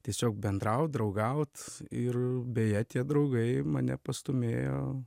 tiesiog bendraut draugaut ir beje tie draugai mane pastūmėjo